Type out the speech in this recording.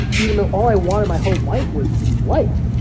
even though all i wanted my whole life was to be white.